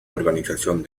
organización